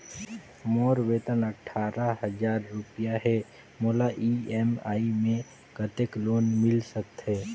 मोर वेतन अट्ठारह हजार रुपिया हे मोला ई.एम.आई मे कतेक लोन मिल सकथे?